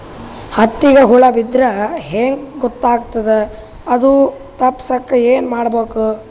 ಹತ್ತಿಗ ಹುಳ ಬಿದ್ದ್ರಾ ಹೆಂಗ್ ಗೊತ್ತಾಗ್ತದ ಅದು ತಪ್ಪಸಕ್ಕ್ ಏನ್ ಮಾಡಬೇಕು?